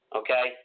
okay